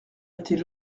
était